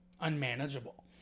unmanageable